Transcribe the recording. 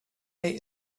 ate